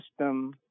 system